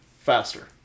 faster